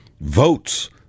votes